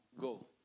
go